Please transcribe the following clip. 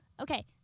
okay